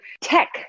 tech